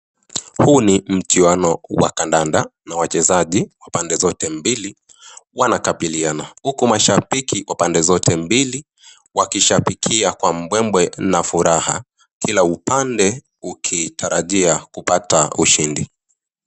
Huu ni mchuano wa kandanda na wachezaji pande zote mbili wanakabiliana huku mashambiki wa pande zote mbili wakishambikia kwa mbwembwe na furaha kila upande ukitarajia kupata ushindi.